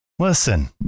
Listen